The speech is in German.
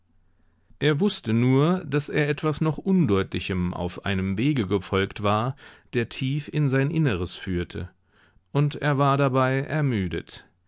er wußte nur daß er etwas noch undeutlichem auf einem wege gefolgt war der tief in sein inneres führte und er war dabei ermüdet